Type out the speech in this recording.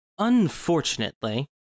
Unfortunately